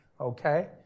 okay